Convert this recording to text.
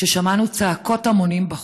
כששמענו צעקות המונים בחוץ.